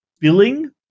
billing